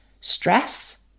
stress